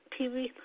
TV